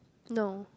no